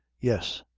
yes,